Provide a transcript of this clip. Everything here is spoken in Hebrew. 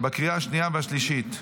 בקריאה השנייה והשלישית: